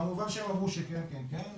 וכמובן שהם אמרו שכן כן כן,